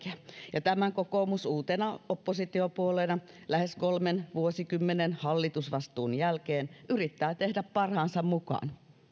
ja tämän kokoomus uutena oppositiopuolueena lähes kolmen vuosikymmenen hallitusvastuun jälkeen yrittää tehdä parhaansa mukaan